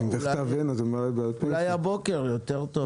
אולי הבוקר יותר טוב.